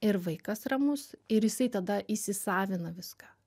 ir vaikas ramus ir jisai tada įsisavina viską